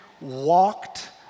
walked